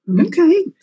okay